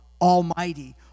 Almighty